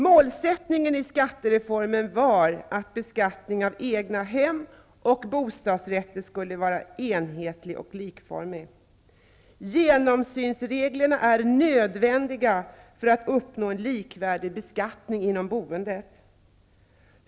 Målsättningen i skattereformen var att beskattning av egnahem och bostadsrätter skulle vara enhetlig och likformig. Genomsynsreglerna är nödvändiga för att uppnå en likvärdig beskattning inom boendet.